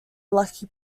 lucky